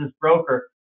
broker